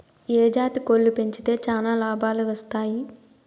ఏ జాతి కోళ్లు పెంచితే చానా లాభాలు వస్తాయి?